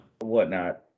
whatnot